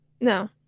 No